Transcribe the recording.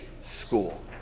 School